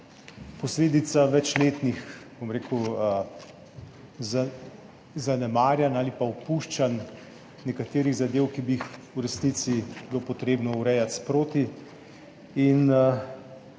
posledica večletnih zanemarjanj ali pa opuščanj nekaterih zadev, ki bi jih v resnici bilo potrebno urejati sproti.